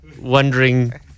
wondering